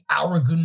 arrogant